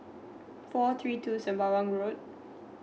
four three two sembawang road